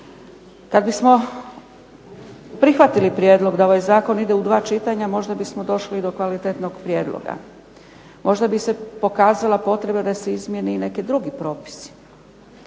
Da bismo prihvatili prijedlog da ovaj zakon ide u dva čitanja, možda bismo došli do kvalitetnog prijedloga. Možda bi se pokazala potreba da se izmjene i neki drugi propisi.